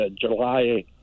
July